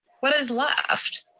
what is left?